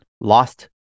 Lost